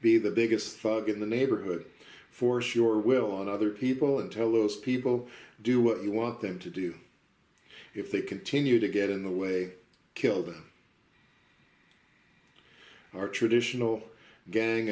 be the biggest thug in the neighborhood force your will on other people and tell those people do what you want them to do if they continue to get in the way kill them our traditional gang